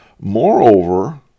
Moreover